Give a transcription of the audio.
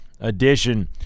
edition